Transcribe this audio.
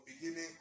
beginning